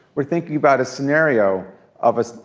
we're thinking about a scenario of a